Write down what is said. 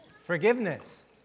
Forgiveness